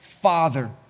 father